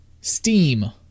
Steam